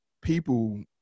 people